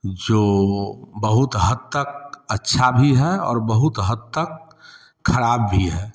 जो बहुत हद तक अच्छा भी है और बहुत हद तक खराब भी है